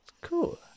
Cool